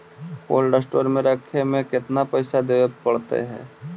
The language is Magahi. कोल्ड स्टोर में रखे में केतना पैसा देवे पड़तै है?